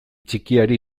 txikiari